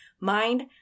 Mind